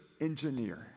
engineer